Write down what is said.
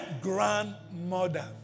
grandmother